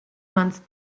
mans